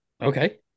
Okay